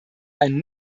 einen